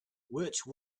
which